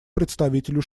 представителю